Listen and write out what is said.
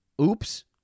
Oops